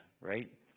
right